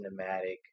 cinematic